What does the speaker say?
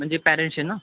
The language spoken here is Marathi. म्हणजे पॅरेंट्सचे ना